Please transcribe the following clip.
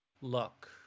luck